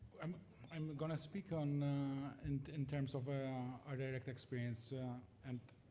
um i'm gonna speak on and in terms of our direct experience and